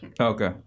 Okay